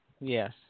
Yes